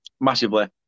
Massively